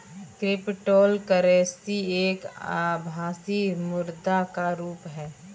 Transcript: cryptocurrency एक आभासी मुद्रा का रुप है